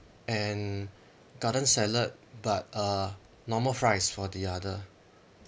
and garden salad but uh normal fries for the other